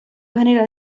general